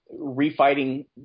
refighting